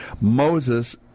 Moses